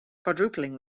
quadrupling